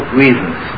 reasons